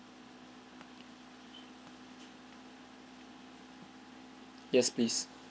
yes please